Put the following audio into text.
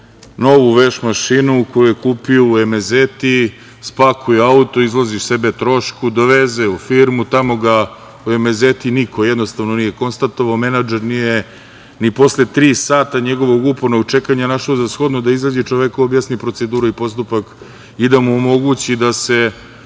novu veš mašinu koju je kupio u „Emezeti“ spakuje u auto, izloži sebe trošku, doveze je u firmu. Tamo ga u „Emezeti“ niko jednostavno nije konstatovao, menadžer nije ni posle tri sata njegovog upornog čekanja našao za shodno da izađe i čoveku objasni proceduru i postupak i da mu omogući da se